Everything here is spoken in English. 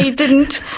yeah didn't,